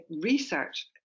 research